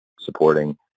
supporting